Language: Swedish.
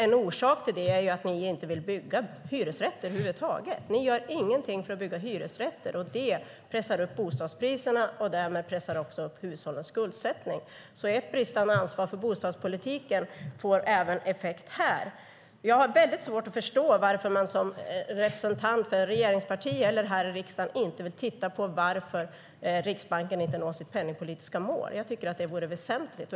En orsak till det är ju att ni inte vill bygga hyresrätter över huvud taget. Ni gör ingenting för att bygga hyresrätter. Det pressar upp bostadspriserna och därmed pressar det också upp hushållens skuldsättning. Ert bristande ansvar för bostadspolitiken får även effekt här. Jag har väldigt svårt att förstå varför man som representant för ett regeringsparti eller här i riksdagen inte vill titta på varför Riksbanken inte når sitt penningpolitiska mål. Jag tycker att det vore väsentligt.